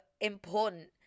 important